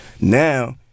Now